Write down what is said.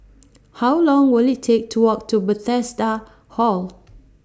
How Long Will IT Take to Walk to Bethesda Hall